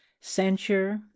censure